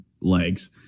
legs